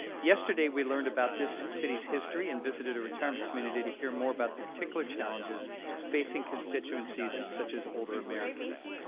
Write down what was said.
yesterday, we learned about this city's history and visited a retirement community to hear more about the particular challenges facing constituencies such as older americans.